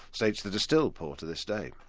states that are still poor to this day.